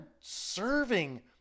serving